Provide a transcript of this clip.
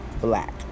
black